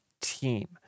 team